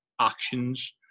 actions